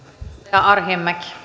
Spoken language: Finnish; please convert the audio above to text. arvoisa